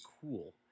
cool